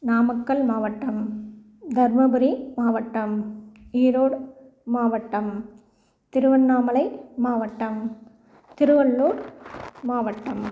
நாமக்கல் மாவட்டம் தர்மபுரி மாவட்டம் ஈரோடு மாவட்டம் திருவண்ணாமலை மாவட்டம் திருவள்ளூர் மாவட்டம்